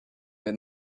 with